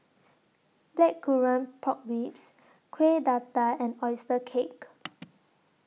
Blackcurrant Pork Ribs Kueh Dadar and Oyster Cake